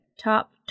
top